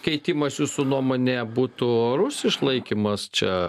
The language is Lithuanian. keitimas jūsų nuomone būtų orus išlaikymas čia